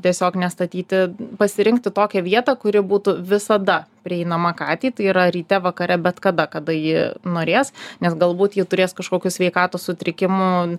tiesiog nestatyti pasirinkti tokią vietą kuri būtų visada prieinama katei tai yra ryte vakare bet kada kada ji norės nes galbūt ji turės kažkokių sveikatos sutrikimų